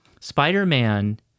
Spider-Man